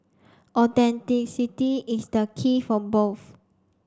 authenticity is the key for both